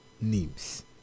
names